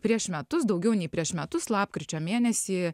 prieš metus daugiau nei prieš metus lapkričio mėnesį